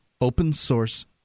open-source